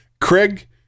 Craig